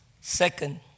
Second